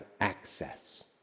access